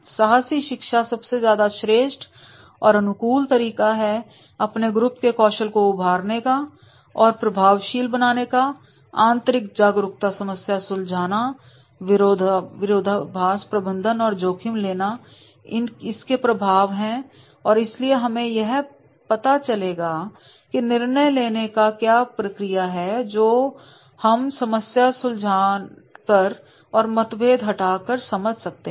साहसी शिक्षा सबसे ज्यादा श्रेष्ठ और अनुकूल तरीका है अपने ग्रुप के कौशल को उभारने का और प्रभाव शील बनाने का आंतरिक जागरूकता समस्या सुलझाना विरोधाभास प्रबंधन और जोखिम लेना इसके प्रभाव हैं इसलिए हमें यह पता चलेगा कि निर्णय लेने का क्या प्रक्रिया है जो हम समस्या सुलझा कर और मतभेद हटाकर समझ सकते हैं